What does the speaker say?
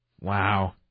Wow